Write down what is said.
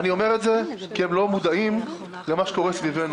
אני אומר את זה כי הם לא מודעים למה שקורה סביבנו.